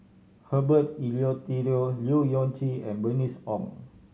Herbert Eleuterio Leu Yew Chye and Bernice Ong